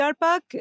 Park